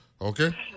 Okay